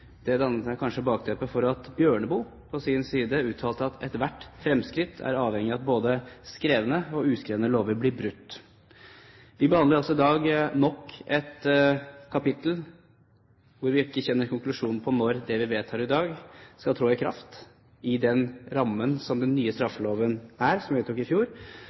tyranni. Det danner kanskje bakteppet for at Bjørneboe på sin side uttalte at ethvert fremskritt er avhengig av at både skrevne og uskrevne lover blir brutt. Vi behandler altså i dag nok et kapittel hvor vi ikke kjenner konklusjonen på når det vi vedtar i dag, skal tre i kraft, innenfor rammen av den nye straffeloven som vi vedtok i fjor.